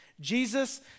Jesus